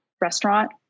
restaurant